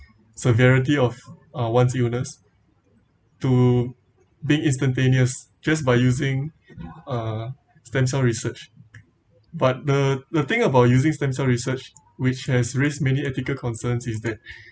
severity of uh one's illness to being instantaneous just by using uh stem cell research but the the thing about using stem cell research which has raised many ethical concerns is that